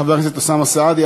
חבר הכנסת אוסאמה סעדי.